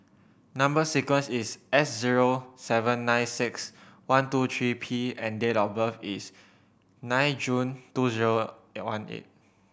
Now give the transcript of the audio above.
number sequence is S zero seven nine six one two three P and date of birth is nine June two zero one eight